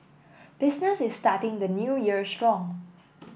business is starting the New Year strong